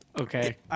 okay